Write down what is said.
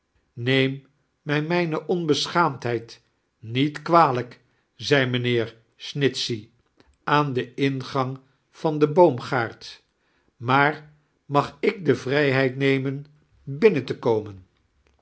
neem mij mijne onibeschaamdheid niet kwalijk zei mijnheer snitchey aan den ingang van den boomgaard rnaar mag ik de vrijheid nemen binnen te komen